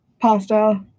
pasta